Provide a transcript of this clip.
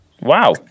wow